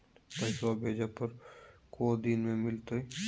पैसवा भेजे पर को दिन मे मिलतय?